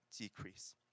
decrease